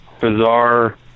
bizarre